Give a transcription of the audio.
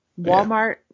Walmart